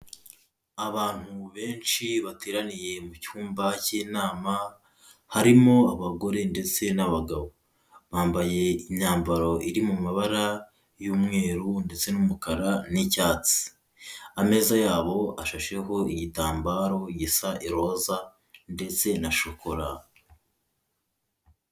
Abantu benshi bateraniye mu cyumba cy'inama, harimo abagore ndetse n'abagabo, bambaye imyambaro iri mu mabara y'umweru ndetse n'umukara n'icyatsi, ameza yabo ashasheho igitambaro gisa iroza ndetse na shokora.